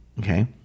Okay